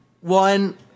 one